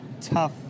tough